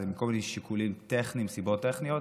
זה מכל מיני שיקולים טכניים, סיבות טכניות.